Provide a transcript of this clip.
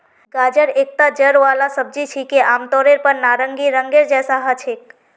गाजर एकता जड़ वाला सब्जी छिके, आमतौरेर पर नारंगी रंगेर जैसा ह छेक